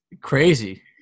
Crazy